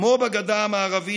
כמו בגדה המערבית,